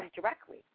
directly